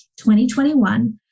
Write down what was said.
2021